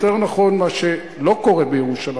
יותר נכון מה שלא קורה בירושלים.